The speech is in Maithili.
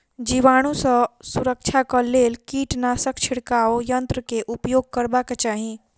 जीवाणु सॅ सुरक्षाक लेल कीटनाशक छिड़काव यन्त्र के उपयोग करबाक चाही